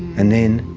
and then,